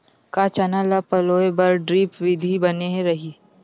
का चना ल पलोय बर ड्रिप विधी बने रही?